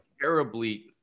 terribly